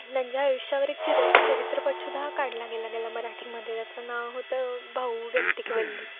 त्यांच्या आयुष्यावर एक चीर चरित्रपट सुद्धा हा काढला गेला गेला मराठीमध्ये त्याचं नाव होतं भाऊ व्यक्ती की वल्ली